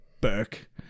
Burke